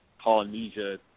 Polynesia